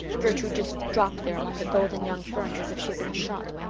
gertrude just dropped there among the golden young ferns as if she had been shot.